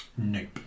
Nope